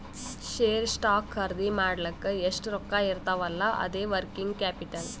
share, stock ಖರ್ದಿ ಮಾಡ್ಲಕ್ ಎಷ್ಟ ರೊಕ್ಕಾ ಇರ್ತಾವ್ ಅಲ್ಲಾ ಅದೇ ವರ್ಕಿಂಗ್ ಕ್ಯಾಪಿಟಲ್